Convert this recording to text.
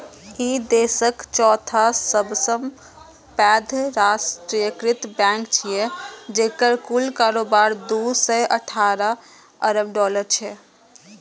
ई देशक चौथा सबसं पैघ राष्ट्रीयकृत बैंक छियै, जेकर कुल कारोबार दू सय अठारह अरब डॉलर छै